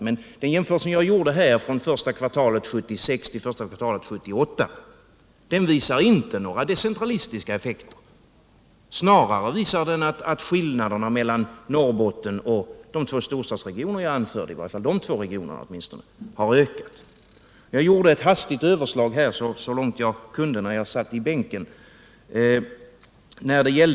Men den jämförelse som jag gjorde här mellan första kvartalet 1976 och första kvartalet 1978 visar inte några decentralistiska effekter. Snarare visar den att i varje fall skillnaderna mellan Norrbotten och de två storstadsregioner som jag nämnde har ökat. Jag gjorde ett hastigt överslag, så gott det sig göra lät när jag satt i bänken.